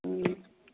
ꯎꯝ